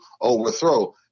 overthrow